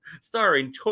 starring